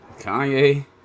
Kanye